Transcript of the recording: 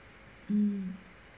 mm